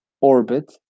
orbit